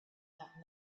that